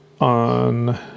on